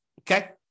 Okay